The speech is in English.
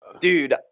dude